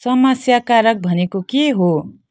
समस्याकारक भनेको के हो